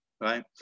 right